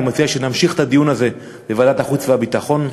מציע שנמשיך את הדיון הזה בוועדת החוץ והביטחון,